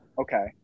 Okay